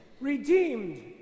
redeemed